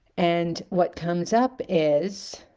and what comes up is